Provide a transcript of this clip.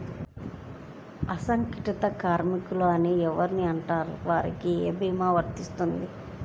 అసంగటిత కార్మికులు అని ఎవరిని అంటారు? వాళ్లకు ఏ భీమా వర్తించుతుంది?